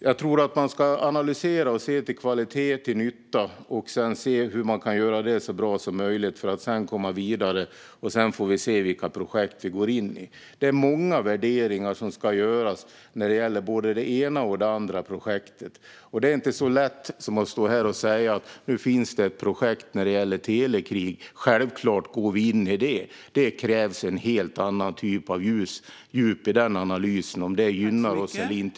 Jag tror att man ska analysera och se till kvalitet och nytta och sedan se hur man kan göra detta så bra som möjligt för att därefter komma vidare. Sedan får vi se vilka projekt vi går in i. Det är många värderingar som ska göras när det gäller både det ena och det andra projektet. Det är inte så lätt att man kan stå här och säga: Nu finns det ett projekt när det gäller telekrig, så självklart går vi in i det! Det krävs en helt annan typ av djup i den analysen av om det gynnar oss eller inte.